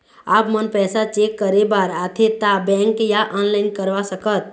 आपमन पैसा चेक करे बार आथे ता बैंक या ऑनलाइन करवा सकत?